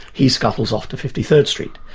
he scuttles off to fifty third street.